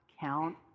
count